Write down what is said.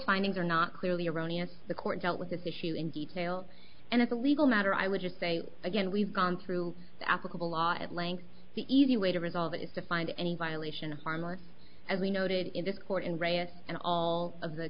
findings are not clearly erroneous the court dealt with this issue in detail and as a legal matter i would just say again we've gone through the applicable law at length the easy way to resolve it is to find any violation of farmers as we noted in this court in red and all of the